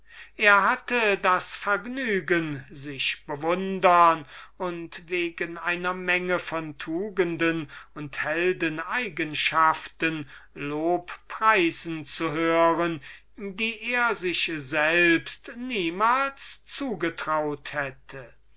er hatte das vergnügen sich bewundern und wegen einer menge von tugenden und helden eigenschaften lobpreisen zu hören die er sich selbst niemals zugetraut hätte